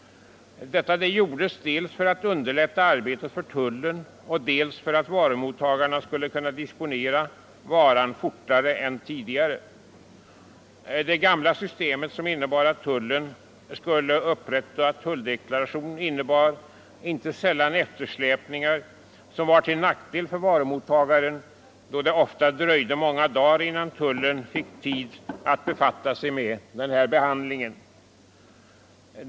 Detta gjordes dels för att underlätta arbetet för tullen, dels för att varumottagaren skulle kunna disponera varan fortare än tidigare. Det gamla systemet, som innebar att tullen skulle upprätta tulldeklaration, medförde inte sällan eftersläpningar som var till nackdel för varumottagaren då det ofta dröjde många dagar innan tullen fick tid att befatta sig med behandlingen.